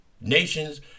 nations